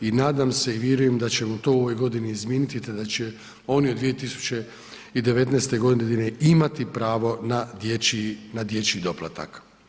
I nadam se i vjerujem da ćemo to u ovoj godini izmijeniti ta da će oni od 2019. godine imati pravo na dječji doplatak.